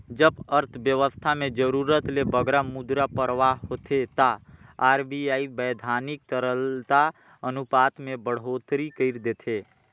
जब अर्थबेवस्था में जरूरत ले बगरा मुद्रा परवाह होथे ता आर.बी.आई बैधानिक तरलता अनुपात में बड़होत्तरी कइर देथे